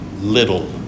little